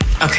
Okay